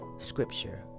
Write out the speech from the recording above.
Scripture